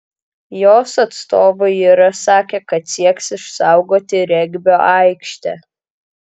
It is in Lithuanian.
jos atstovai yra sakę kad sieks išsaugoti regbio aikštę